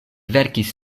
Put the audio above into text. verkis